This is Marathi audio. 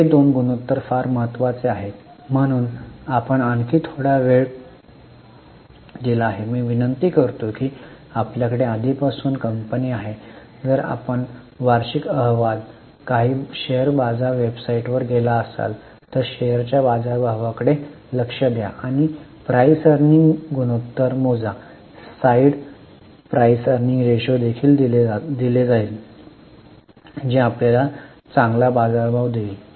हे दोन गुणोत्तर फार महत्वाचे आहेत म्हणून आपण आणखी थोडा वेळ दिला आहे मी विनंती करतो की आपल्याकडे आधीपासून कंपनी आहे आणि जर आपण वार्षिक अहवाल काही शेअर बाजार वेबसाईटवर गेला असेल तर शेअर्सच्या बाजारभावाकडे लक्ष द्या आणि पीई गुणोत्तर मोजा साइड पीई रेशो देखील दिले जाईल जे आपल्याला चांगला बाजार भाव देईल